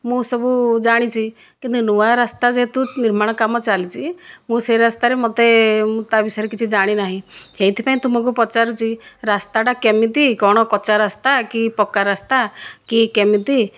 ମୁଁ ସବୁ ଜାଣିଛି କିନ୍ତୁ ଏ ନୂଆ ରାସ୍ତା ଯେହେତୁ ନିର୍ମାଣ କାମ ଚାଲିଛି ମୁଁ ସେହି ରାସ୍ତାରେ ମୋତେ ମୁଁ ତା ବିଷୟରେ କିଛି ଜାଣିନାହିଁ ସେହିଥିପାଇଁ ତୁମକୁ ପଚାରୁଛି ରାସ୍ତାଟା କେମିତି କ'ଣ କଚ୍ଚା ରାସ୍ତା କି ପକ୍କା ରାସ୍ତା କି କେମିତି